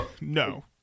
no